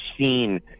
seen